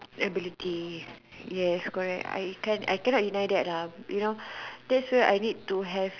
ability yes correct I can I cannot deny that lah there's where I need to have